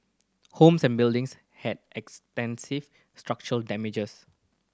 homes and buildings had extensive structural damages